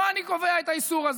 לא אני קובע את האיסור הזה,